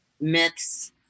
myths